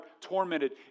tormented